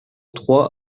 trois